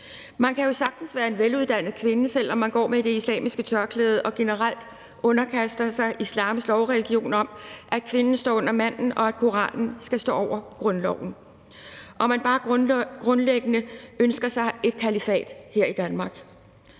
Man kan jo sagtens være en veluddannet kvinde, selv om man går med det islamiske tørklæde og generelt underkaster sig islams lovreligion om, at kvinden står under manden, at Koranen skal stå over grundloven, og at man bare grundlæggende ønsker sig et kalifat her i Danmark.